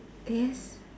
yes